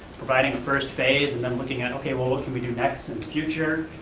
providing a first phase, and then looking at okay, well what can we do next in the future?